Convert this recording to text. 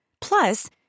Plus